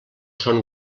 son